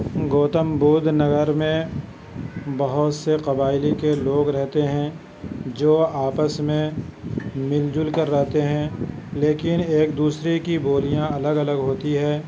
گوتم بدھ نگر میں بہت سے قبائل کے لوگ رہتے ہیں جو آپس میں مل جل کر رہتے ہیں لیکن ایک دوسرے کی بولیاں الگ الگ ہوتی ہیں